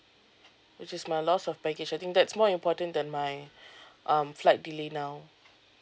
which is my lost of baggage I think that's more important than my um flight delay now